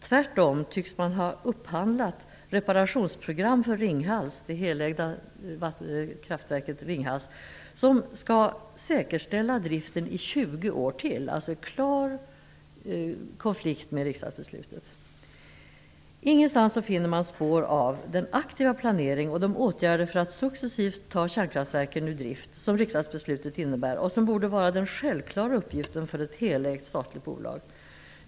Tvärtom tycks man ha upphandlat reparationsprogram för det helägda kraftverket Ringhals som skall säkerställa driften i 20 år till - i klar konflikt med riksdagsbeslutet. Ingenstans finner man spår av den aktiva planering och de åtgärder för att successivt ta kärnkraftverken ur drift som riksdagsbeslutet innebär och som borde vara den självklara uppgiften för ett helägt statligt bolag.